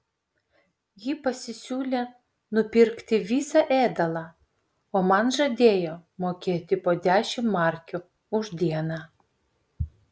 ji pasisiūlė nupirkti visą ėdalą o man žadėjo mokėti po dešimt markių už dieną